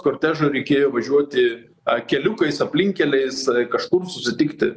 kortežą reikėjo važiuoti ar keliukais aplinkkeliais kažkur susitikti